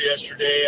yesterday